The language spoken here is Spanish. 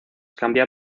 cambiar